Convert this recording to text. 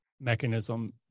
mechanism